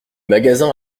magasins